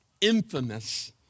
infamous